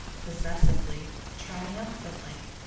possessively, triumphantly.